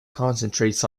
concentrates